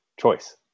choice